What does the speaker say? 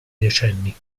decenni